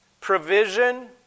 provision